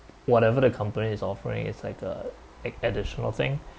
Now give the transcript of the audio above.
whatever the company is offering it's like a ac~ additional thing